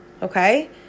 Okay